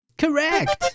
correct